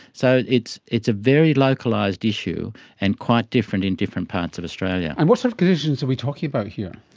so it's it's a very localised issue and quite different in different parts of australia. and what sort of conditions are we talking about here?